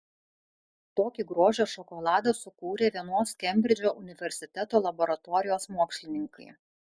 tokį grožio šokoladą sukūrė vienos kembridžo universiteto laboratorijos mokslininkai